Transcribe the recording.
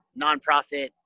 nonprofit